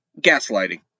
gaslighting